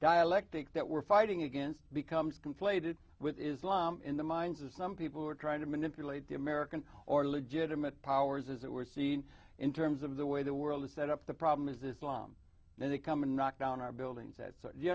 dialectic that we're fighting against becomes conflated with islamic in the minds of some people who are trying to manipulate the american or legitimate powers as it were seen in terms of the way the world is set up the problem is this bomb then they come and knock down our buildings that